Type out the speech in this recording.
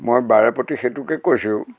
মই বাৰে প্ৰতি সেইটোকে কৈছোঁ